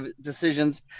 decisions